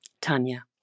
Tanya